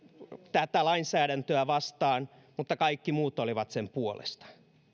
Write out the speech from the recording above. tätä lainsäädäntöä vastaan mutta kaikki muut olivat sen puolesta